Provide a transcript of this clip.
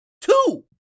Two